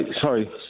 sorry